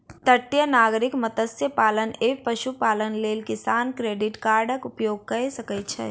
तटीय नागरिक मत्स्य पालन एवं पशुपालनक लेल किसान क्रेडिट कार्डक उपयोग कय सकै छै